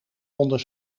onder